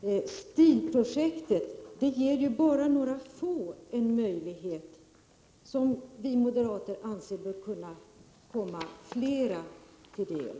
Herr talman! STIL-projektet ger ju bara några få en möjlighet att få en assistent. Vi moderater anser att många fler bör kunna få det.